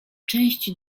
część